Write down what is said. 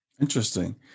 Interesting